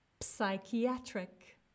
psychiatric